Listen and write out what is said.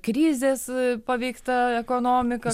krizės paveikta ekonomika